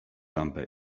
lampę